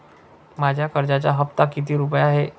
माझ्या कर्जाचा हफ्ता किती रुपये आहे?